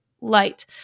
light